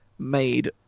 made